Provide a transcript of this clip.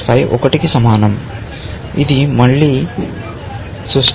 ఇది మళ్ళీ సుష్ట